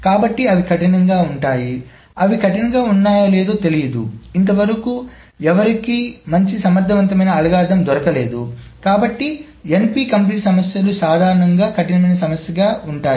కాబట్టి అవి కఠినంగా ఉంటాయి అవి కఠినంగా ఉన్నాయో లేదో తెలియదు ఇంతవరకూ ఎవరికీ మంచి సమర్థవంతమైన అల్గోరిథం దొరకలేదు కాబట్టి NP కంప్లీట్ సమస్యలు సాధారణంగా కఠినమైన సమస్యగా ఉంటాయి